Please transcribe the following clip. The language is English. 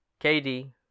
kd